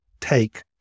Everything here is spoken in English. take